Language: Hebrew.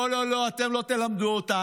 לא לא לא, אתם לא תלמדו אותנו,